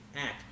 act